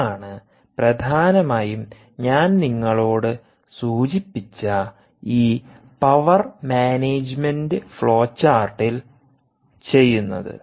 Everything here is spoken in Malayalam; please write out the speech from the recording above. ഇതാണ് പ്രധാനമായും ഞാൻ നിങ്ങളോട് സൂചിപ്പിച്ച ഈ പവർ മാനേജുമെന്റ് ഫ്ലോചാർട്ടിൽ ചെയ്യുന്നത്